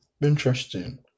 Interesting